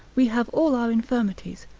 we have all our infirmities,